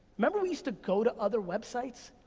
remember we used to go to other websites?